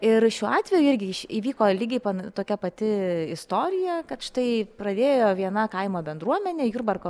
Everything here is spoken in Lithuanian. ir šiuo atveju irgi iš įvyko lygiai tokia pati istorija kad štai pradėjo viena kaimo bendruomenė jurbarko